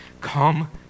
Come